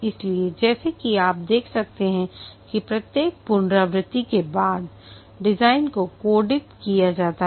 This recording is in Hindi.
इसलिए जैसा कि आप देख सकते हैं कि प्रत्येक पुनरावृत्ति के बाद डिजाइन को कोडित किया गया है